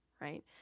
right